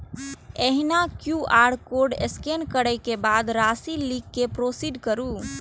एहिना QR code scan करै के बाद राशि लिख कें प्रोसीड करू